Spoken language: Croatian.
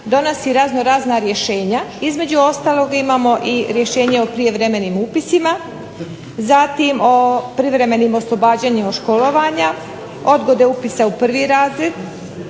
donosi razno razna rješenja između ostalog imamo i rješenje o prijevremenim upisima, zatim privremenim oslobađanjima od školovanja, odgode upisa u prvi razred,